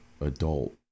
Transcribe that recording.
adult